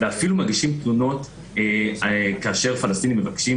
ואפילו מגישים תלונות כאשר פלסטינים מבקשים,